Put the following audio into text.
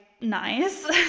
nice